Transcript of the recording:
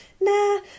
nah